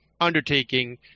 undertaking